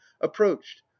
approached